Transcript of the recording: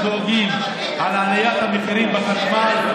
אם אתם דואגים לגבי עליית המחירים בחשמל,